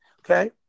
Okay